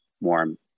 warm